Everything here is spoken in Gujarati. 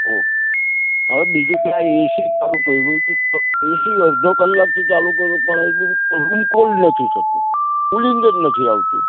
ઓકે હવે બીજું કે આ એસી ચાલું કર્યું છે તો એસી અડધો કલાકથી ચાલુ કર્યું પણ હજુ કોલ્ડ નથી થતું કુલિંગ જ નથી આવતું